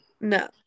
no